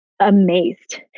amazed